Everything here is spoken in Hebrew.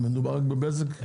ומדובר רק בבזק?